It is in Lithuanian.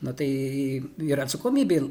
nu tai ir atsakomybė